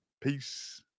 peace